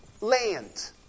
land